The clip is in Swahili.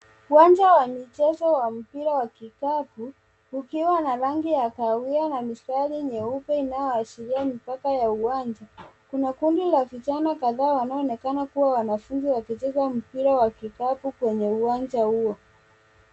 Uwanja wa michezo wa mpira wa kikapu ukiwa na rangi ya kahawia na mistari nyeupe inayoashiria mipaka ya uwanja. Kuna kundi la vijana kadhaa wanaoonekana kuwa wanafunzi wakicheza mpira wa kikapu kwenye uwanja huo.